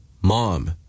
Mom